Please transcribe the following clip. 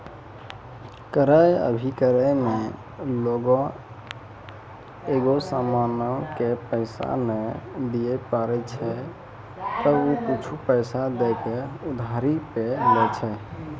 क्रय अभिक्रय मे लोगें एगो समानो के पैसा नै दिये पारै छै त उ कुछु पैसा दै के उधारी पे लै छै